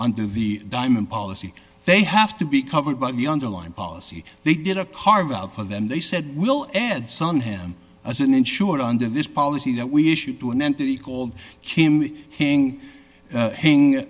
under the diamond policy they have to be covered by the underlying policy they get a carve out for them they said we'll add sun hand as an insured under this policy that we issued to an entity called kim hang hang